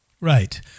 Right